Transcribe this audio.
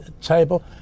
table